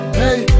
hey